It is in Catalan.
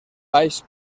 baix